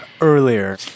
earlier